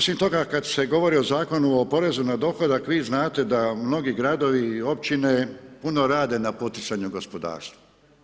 Osim toga kada se govori o Zakonu o porezu na dohodak vi znate da mnogi gradovi i općine puno rade na poticanju gospodarstva.